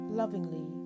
lovingly